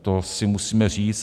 To si musíme říct.